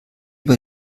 bei